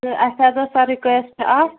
تہٕ اَسہِ حظ ٲس سَر رِکوٮ۪سٹ اَکھ